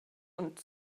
und